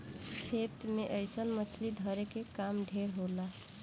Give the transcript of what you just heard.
खेत मे अइसन मछली धरे के काम ढेर होला